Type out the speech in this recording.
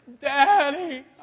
Daddy